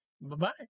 Bye-bye